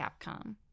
Capcom